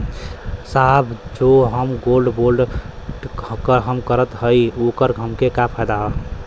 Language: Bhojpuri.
साहब जो हम गोल्ड बोंड हम करत हई त ओकर हमके का फायदा ह?